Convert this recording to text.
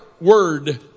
word